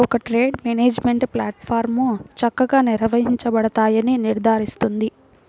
ఒక trade management ప్లాట్ఫారమ్లో చక్కగా నిర్వహించబడతాయని నిర్ధారిస్తుంది